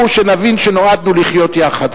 הוא שנבין שנועדנו לחיות יחד,